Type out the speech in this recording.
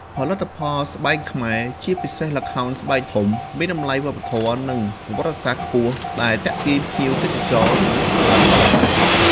ផលិតផលស្បែកខ្មែរ ជាពិសេសល្ខោនស្បែកធំ មានតម្លៃវប្បធម៌ និងប្រវត្តិសាស្ត្រខ្ពស់ ដែលទាក់ទាញភ្ញៀវទេសចរ និងអ្នកស្រឡាញ់សិល្បៈ។